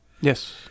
Yes